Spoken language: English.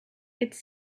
it’s